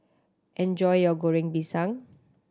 enjoy your Goreng Pisang